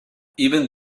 even